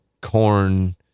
Corn